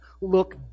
look